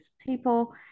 people